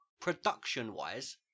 production-wise